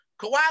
Kawhi